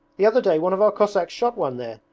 the other day one of our cossacks shot one there.